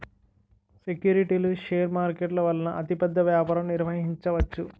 సెక్యూరిటీలు షేర్ మార్కెట్ల వలన అతిపెద్ద వ్యాపారం నిర్వహించవచ్చు